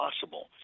possible